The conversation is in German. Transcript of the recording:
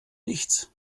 nichts